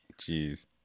Jeez